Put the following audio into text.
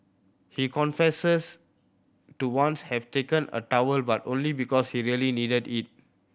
he confessors to once have taken a towel but only because he really needed it